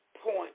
point